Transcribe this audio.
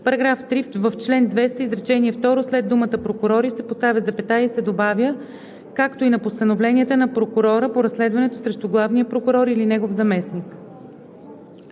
§ 3: „§ 3. В чл. 200, изречение второ след думата „прокурори“ се поставя запетая и се добавя „както и на постановленията на прокурора по разследването срещу главния прокурор или негов заместник“.“